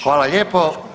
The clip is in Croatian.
Hvala lijepo.